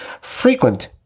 Frequent